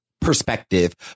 perspective